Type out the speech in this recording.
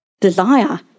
desire